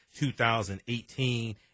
2018